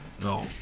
No